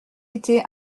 été